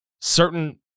certain